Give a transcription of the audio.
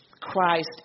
Christ